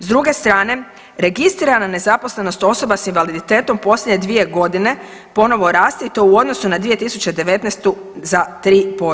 S druge strane registrirana nezaposlenost osoba s invaliditetom posljednje 2 godine ponovo raste i to u odnosu na 2019. za 3%